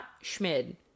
Schmid